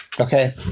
Okay